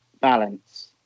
balance